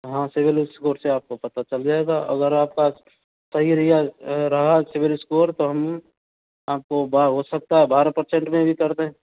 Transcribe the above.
हाँ CIBIL score से आपको पता चल जाएगा अगर आपका सही रहा रहा सिविल स्कोर तो हम आपको हो सकता है बारह परसेंट में भी कर दें